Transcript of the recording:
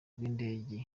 n’indege